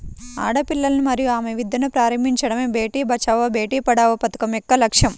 ఆడపిల్లలను మరియు ఆమె విద్యను ప్రారంభించడమే బేటీ బచావో బేటి పడావో పథకం యొక్క లక్ష్యం